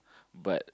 but